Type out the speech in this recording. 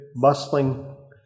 bustling